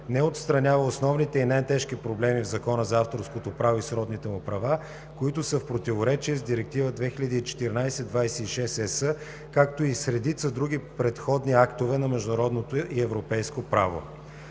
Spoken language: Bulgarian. не отстранява основните и най-тежки проблеми в Закона за авторското право и сродните му права, които са в противоречие с Директива 2014/26/ЕС, както и с редица други предходни актове на международното и европейско право.